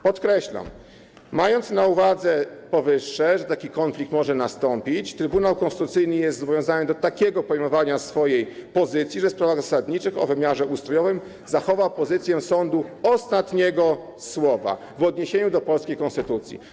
Podkreślam: Brano pod uwagę powyższe, czyli że taki konflikt może nastąpić, więc Trybunał Konstytucyjny zobowiązał się do takiego pojmowania swojej pozycji, że w sprawach zasadniczych o wymiarze ustrojowym zachowa pozycję sądu ostatniego słowa w odniesieniu do polskiej konstytucji.